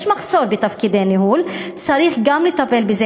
יש מחסור בממלאי תפקידי ניהול, צריך גם לטפל בזה,